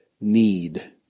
need